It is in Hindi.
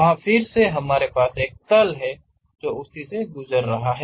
वहां फिर से हमारे पास एक तल है जो उसी से गुजर रहा है